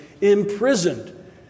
imprisoned